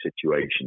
situation